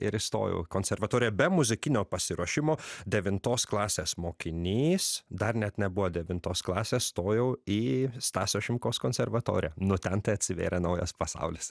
ir įstojau konservatoriją be muzikinio pasiruošimo devintos klasės mokinys dar net nebuvo devintos klasės stojau į stasio šimkaus konservatorę nu ten tai atsivėrė naujas pasaulis